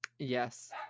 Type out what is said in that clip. Yes